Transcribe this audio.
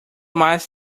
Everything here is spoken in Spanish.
más